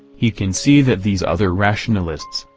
he can see that these other rationalists,